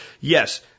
Yes